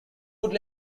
would